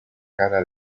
cara